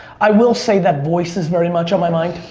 i will say that voice is very much on my mind.